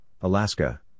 Alaska